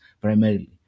primarily